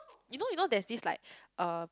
you know you know there's this like uh